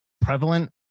prevalent